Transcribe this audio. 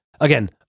Again